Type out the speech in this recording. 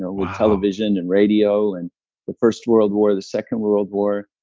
with television and radio, and the first world war, the second world war,